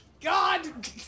God